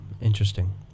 Interesting